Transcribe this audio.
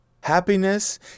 Happiness